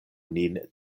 nin